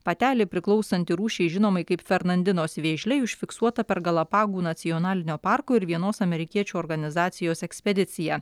patelė priklausanti rūšiai žinomai kaip fernandinos vėžliai užfiksuota per galapagų nacionalinio parko ir vienos amerikiečių organizacijos ekspediciją